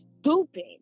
stupid